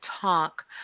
talk